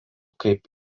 kaip